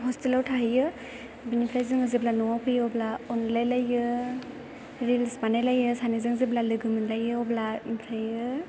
हस्टेलाव थाहैयो बिनिफ्राय जोङो जेब्ला न'आव फैयो अब्ला अनज्लायलायो रिल्स बानायलायो सानैजों जेब्ला लोगो मोनलायो अब्ला ओमफ्रायो